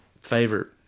favorite